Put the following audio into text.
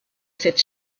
cette